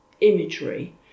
imagery